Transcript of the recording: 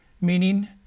meaning